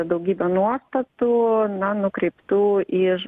daugybė nuostatų na nukreiptų į ž